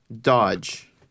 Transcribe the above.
dodge